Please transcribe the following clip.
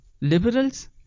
Liberals